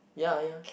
ya ya